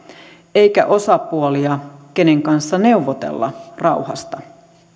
eikä osapuolia kenen kanssa neuvotella rauhasta